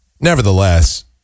Nevertheless